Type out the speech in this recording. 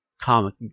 comic